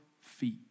feet